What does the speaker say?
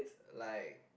like